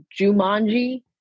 Jumanji